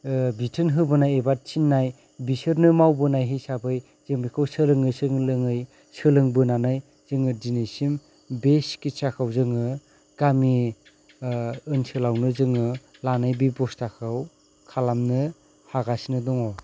बिथोन होबोनाय एबा थिन्नाय बिसोरनो मावबोनाय हिसाबै जों बेखौ सोलोङै सोलोङै सोलोंबोनानै जोङो दिनैसिम बे सिखितसाखौ जोङो गामि ओनसोलावनो जोङो लानाय बेबस्टाखौ खालामनो हागासिनो दङ